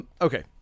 Okay